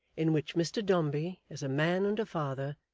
in which mr dombey, as a man and a father,